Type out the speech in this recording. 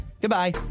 Goodbye